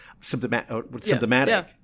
symptomatic